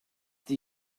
die